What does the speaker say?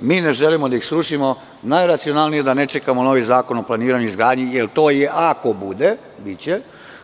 Mi ne želimo da ih srušimo i najracionalnije je da ne čekamo novi zakon o planiranju i izgradnji, jer to i ako bude, biće, ali